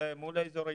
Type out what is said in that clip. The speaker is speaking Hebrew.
מול האזור האישי,